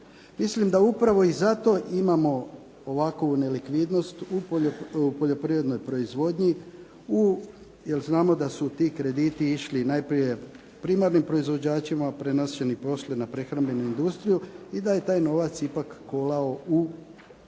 Mislim da upravo i zato imamo ovakvu nelikvidnost u poljoprivrednoj proizvodnji, jer znamo da su ti krediti išli najprije primarnim proizvođačima, prenošeni poslije na prehrambenu industriju i da je taj novac ipak kolao u poljoprivrednoj proizvodnji